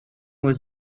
was